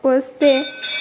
ଓ ସେ